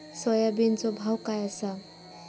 सोयाबीनचो भाव काय आसा?